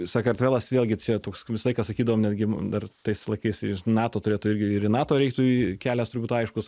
sakartvelas vėlgi čia toks visą laiką sakydavom netgi m dar tais laikais ir nato turėtų irgi ir į nato reiktų kelias turi būt aiškus